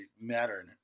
matter